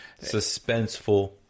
Suspenseful